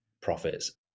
profits